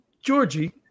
Georgie